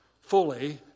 fully